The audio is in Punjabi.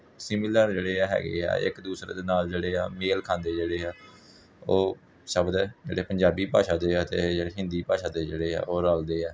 ਸਿਮੀਲਰ ਜਿਹੜੇ ਆ ਹੈਗੇ ਆ ਇੱਕ ਦੂਸਰੇ ਦੇ ਨਾਲ ਜਿਹੜੇ ਆ ਮੇਲ ਖਾਂਦੇ ਜਿਹੜੇ ਆ ਉਹ ਸ਼ਬਦ ਹੈ ਜਿਹੜੇ ਪੰਜਾਬੀ ਭਾਸ਼ਾ ਦੇ ਆ ਅਤੇ ਜਿਹੜੇ ਹਿੰਦੀ ਭਾਸ਼ਾ ਦੇ ਜਿਹੜੇ ਆ ਉਹ ਰਲਦੇ ਆ